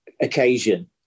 occasion